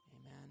amen